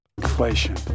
inflation